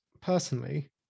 personally